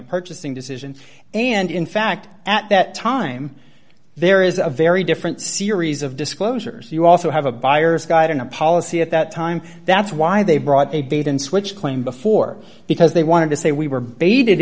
a purchasing decision and in fact at that time there is a very different series of disclosures you also have a buyer's guide and a policy at that time that's why they brought a bait and switch claim before because they wanted to say we were b